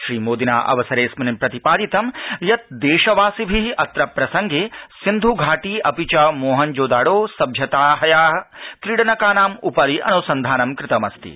श्रीमोदिना अवसरेऽस्मिन् प्रतिपादितं यत् देशवासिभि अत्र प्रसंगे सिंधु घाटी अपि च मोहनजोदड़ो सभ्यताया क्रीडनकानामुपरि अनुसन्धानं कृतमस्ति